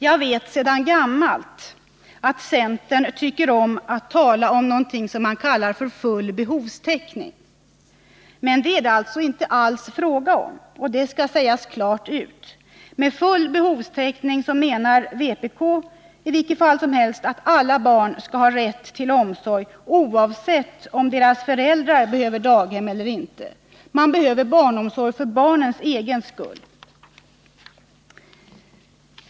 Jag vet sedan gammalt att centern tycker om att tala om någonting som man kallar full behovstäckning, men det är det alltså inte alls fråga om, och det skall klart sägas ut. Med full behovstäckning menar vpk i vilket fall som helst att alla barn skall ha rätt till omsorg, oavsett om deras föräldrar behöver daghem eller inte. Barnomsorg behövs för barnens egen skull.